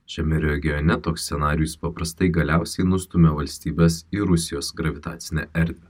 šiame regione toks scenarijus paprastai galiausiai nustumia valstybes į rusijos gravitacinę erdvę